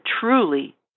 truly